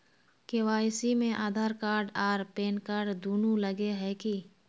KYC में Aadhaar card आर PAN card दुनू लगे है की?